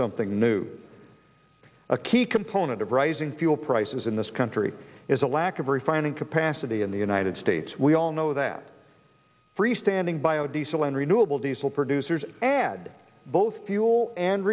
something new a key component of rising fuel prices in this country is a lack of refining capacity in the united states we all know that freestanding bio diesel and renewable diesel producers add both fuel and